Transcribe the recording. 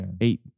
eight